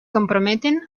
comprometen